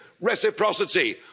reciprocity